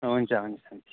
हुन्छ हुन्छ